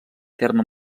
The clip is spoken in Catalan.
terme